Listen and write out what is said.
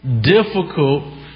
difficult